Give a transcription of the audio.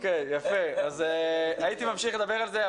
הייתי ממשיך לדבר על זה,